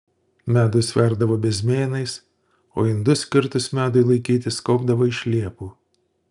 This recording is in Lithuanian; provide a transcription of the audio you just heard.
medų sverdavo bezmėnais o indus skirtus medui laikyti skobdavo iš liepų